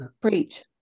preach